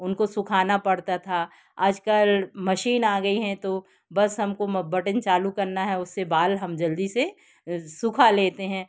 उनको सुखाना पड़ता था आजकल मशीन आ गई हैं तो बस हमको बटन चालू करना है उससे बोल हम जल्दी से सुखा लेते हैं